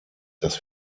dass